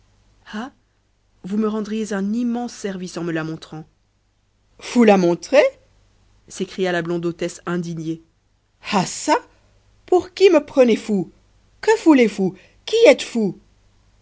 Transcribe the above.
ah vous me rendriez un immense service en me la montrant vous la montrer s'écria la blonde hôtesse indignée ah ça pour qui me prenez-vous que voulez-vous qui êtes-vous